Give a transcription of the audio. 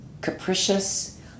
capricious